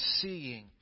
seeing